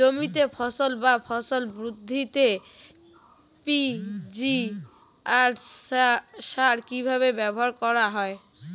জমিতে ফসল বা ফলন বৃদ্ধিতে পি.জি.আর সার কীভাবে ব্যবহার করা হয়?